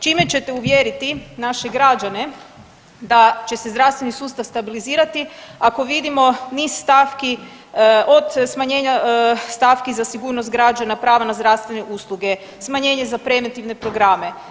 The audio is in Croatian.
Čime ćete uvjeriti naše građane da će se zdravstveni sustav stabilizirati ako vidimo niz stavki od smanjenja stavki za sigurnost građana, prava na zdravstvene usluge, smanjenje za preventivne program?